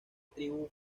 tribu